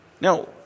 Now